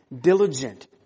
diligent